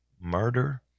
murder